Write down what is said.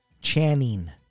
Channing